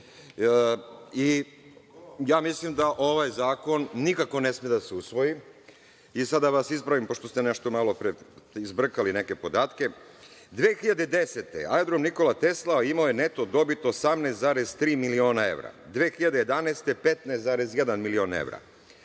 Ja mislim da ovaj zakon nikako ne sme da se usvoji. Sad da vas ispravim, pošto ste nešto malopre izbrkali neke podatke, 2010. godine Aerodrom „Nikola Tesla“ imao je neto dobit 18,3 miliona evra, 2011. godine 15,1 milion evra,